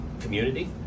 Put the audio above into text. community